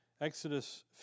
Exodus